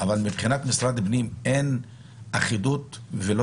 אבל מבחינת משרד הפנים אין אחידות ולא